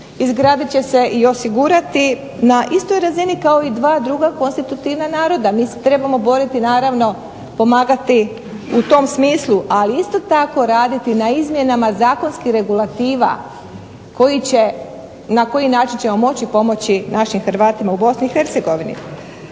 izgradit će se i osigurati na istoj razini kao i dva druga konstitutivna naroda. Mi se trebamo boriti naravno pomagati u tom smislu ali isto tako raditi na izmjenama zakonskih regulativa na koji ćemo način moći pomoći našim Hrvatima u BiH.